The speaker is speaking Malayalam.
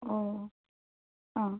ഓ ആ